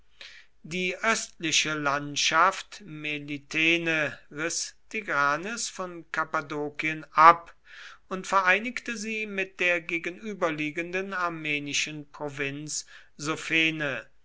die östliche landschaft melitene riß tigranes von kappadokien ab und vereinigte sie mit der gegenüberliegenden armenischen provinz sophene